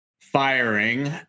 Firing